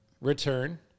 return